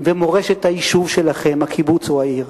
ומורשת היישוב שלכם, הקיבוץ או העיר.